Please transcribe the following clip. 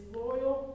loyal